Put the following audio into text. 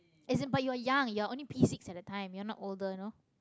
as in but you are young you are only P six at that time you're not older you know